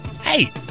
Hey